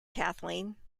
kathleen